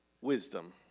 wisdom